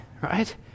right